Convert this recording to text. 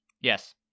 Yes